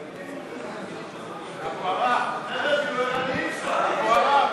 בדבר תוספת תקציב לא נתקבלו.